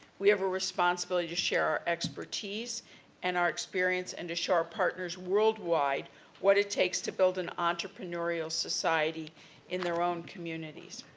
we have a responsibility to share our expertise and our experience, and to show our partners worldwide what it takes to build an entrepreneurial society in their own communities.